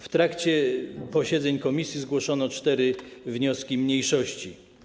W trakcie posiedzeń komisji zgłoszono cztery wnioski mniejszości.